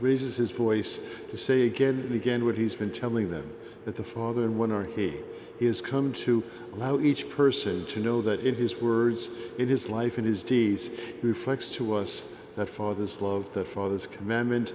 raises his voice to say again and again what he's been telling them that the father in one arcade is coming to allow each person to know that in his words in his life in his deeds reflects to us that father's love the father's commandment